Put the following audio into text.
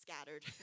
scattered